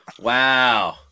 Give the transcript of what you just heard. Wow